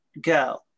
go